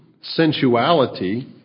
sensuality